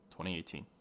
2018